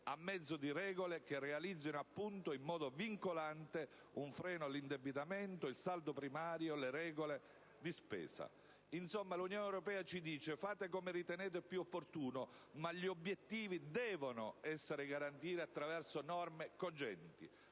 a mezzo di regole che realizzino appunto, in modo vincolante, un «freno all'indebitamento», regole collegate al saldo primario o regole di spesa. Insomma, l'Unione europea ci dice: fate come ritenete più opportuno, ma gli obiettivi devono essere garantiti attraverso norme cogenti,